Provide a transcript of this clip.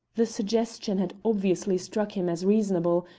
the suggestion had obviously struck him as reasonable,